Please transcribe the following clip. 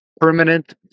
permanent